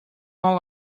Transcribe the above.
not